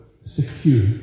secure